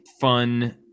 fun